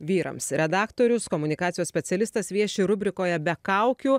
vyrams redaktorius komunikacijos specialistas vieši rubrikoje be kaukių